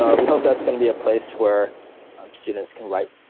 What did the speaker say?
um we hope that's gonna be a place where students can write,